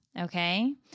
Okay